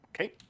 Okay